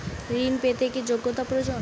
ঋণ পেতে কি যোগ্যতা প্রয়োজন?